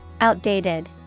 Outdated